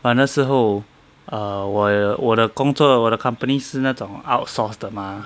but 那时候 err 我我的工作我的 company 是那种 outsource 的 mah